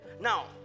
now